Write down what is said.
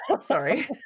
Sorry